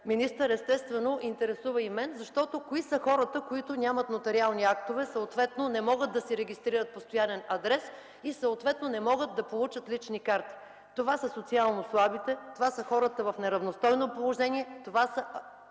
министър. Естествено, интересува и мен. Кои са хората, които нямат нотариални актове и не могат да си регистрират постоянен адрес, съответно не могат да получат лични карти? Това са социално слабите, това са хората в неравностойно положение, това са